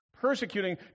persecuting